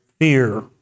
Fear